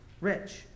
rich